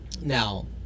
now